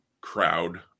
crowd